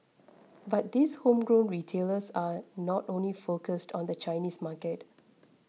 but these homegrown retailers are not only focused on the Chinese market